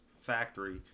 factory